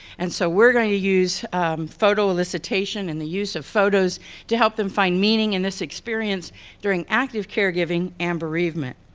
and so we're going to use photo elicitation and the use of photos to help them find meaning in this experience during active caregiving and bereavement.